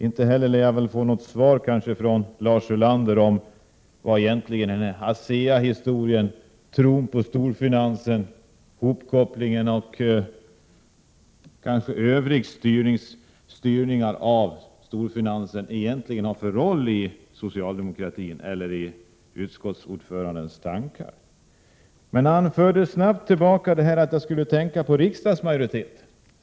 Inte heller lär jag få något svar från honom på vad ASEA-historien, tron på storfinansen, hopkopplingen och kanske övrig styrning av storfinansen egentligen har för roll i socialdemokratin eller i tankarna hos utskottets ordförande. Men han gick snabbt över till att säga att jag skulle tänka på riksdagsmajoriteten.